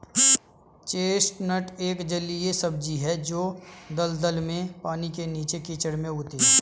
chestnut एक जलीय सब्जी है जो दलदल में, पानी के नीचे, कीचड़ में उगती है